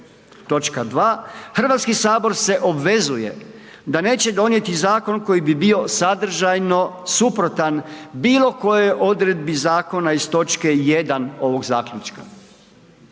Točka 2. HS se obvezuje da neće donijeti zakon koji bi bio sadržajno suprotan bilo kojoj odredbi zakona iz točke 1. ovog zaključka.